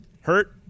hurt